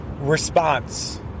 response